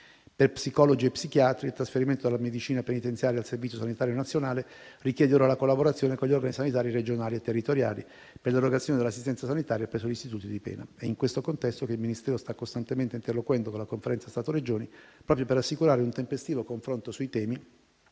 Per psicologi e psichiatri il trasferimento dalla medicina penitenziaria al Servizio sanitario nazionale richiede la collaborazione con gli organi sanitari regionali e territoriali, per l'erogazione dell'assistenza sanitaria presso gli istituti di pena. È in questo contesto che il Ministero sta costantemente interloquendo con la Conferenza Stato-Regioni, proprio per assicurare un tempestivo confronto sui temi